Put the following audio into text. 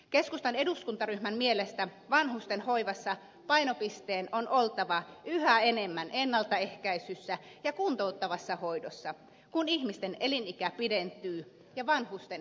keskustan eduskuntaryhmän mielestä vanhustenhoivassa painopisteen on oltava yhä enemmän ennaltaehkäisyssä ja kuntotuttavassa hoidossa kun ihmisten elinikä pidentyy ja vanhusten kunto parantuu